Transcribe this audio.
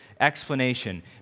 explanation